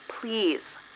Please